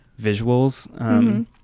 visuals